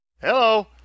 Hello